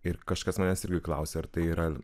ir kažkas manęs irgi klausia ar tai yra